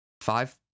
five